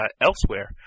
elsewhere